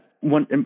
one